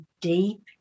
deep